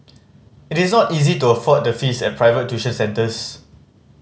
it is not easy to afford the fees at private tuition centres